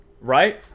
right